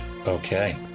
Okay